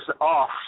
off